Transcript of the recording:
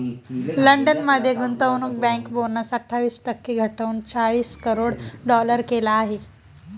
London मध्ये गुंतवणूक bank bonus अठ्ठावीस टक्के घटवून चाळीस करोड डॉलर केला आहे